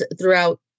throughout